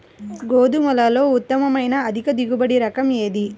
గోధుమలలో ఉత్తమమైన అధిక దిగుబడి రకం ఏది?